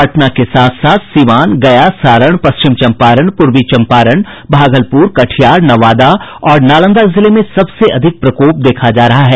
पटना के साथ साथ सीवान गया सारण पश्चिम चम्पारण पूर्वी चम्पारण भागलपुर कटिहार नवादा और नालंदा जिलों में सबसे अधिक प्रकोप देखा जा रहा है